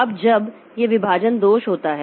अब जब यह विभाजन दोष होता है